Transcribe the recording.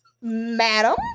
Madam